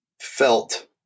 felt